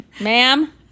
Ma'am